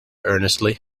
earnestly